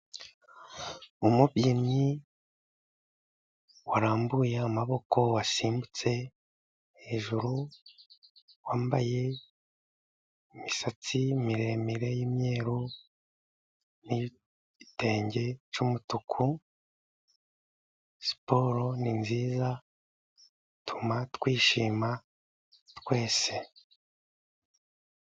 Umubyinnyi warambuye amaboko, wasimbutse hejuru, wambaye imisatsi miremire y'imyeru, n'igitenge cy'umutuku, siporo ni nziza, ituma twishima twese.